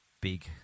big